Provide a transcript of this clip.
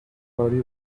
party